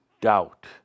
doubt